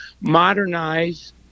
modernize